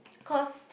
cause